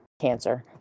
cancer